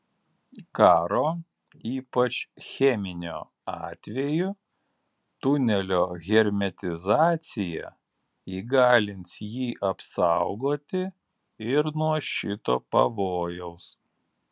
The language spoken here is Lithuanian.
karo ypač cheminio atveju tunelio hermetizacija įgalins jį apsaugoti ir nuo šito pavojaus